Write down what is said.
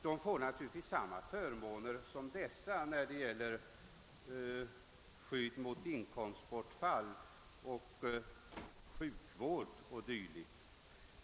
De får naturligtvis samma förmåner som dessa när det gäller skydd mot inkomstbortfall, sjukvård och dylikt.